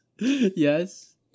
Yes